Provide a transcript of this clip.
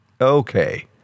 Okay